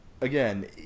again